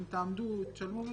אם תשלמו,